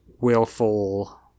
willful